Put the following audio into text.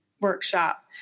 workshop